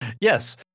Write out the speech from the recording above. Yes